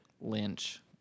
Lynch